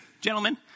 gentlemen